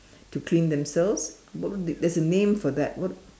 to clean themselves what do they there's a name for that what's